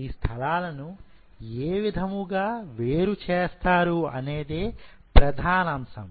ఈ స్థలాలను ఏ విధముగా వేరు చేస్తారు అనేది ప్రధానాంశం